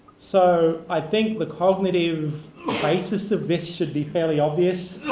so i think the cognitive basis of this should be fairly obviously.